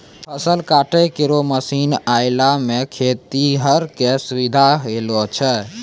फसल काटै केरो मसीन आएला सें खेतिहर क सुबिधा होलो छै